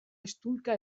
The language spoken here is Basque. eztulka